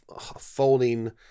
folding